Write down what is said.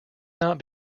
not